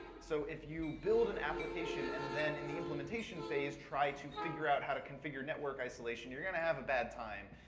so if you build an application and then in the implementation phase fry to figure out how to configure network isolation, you'll have a bad time.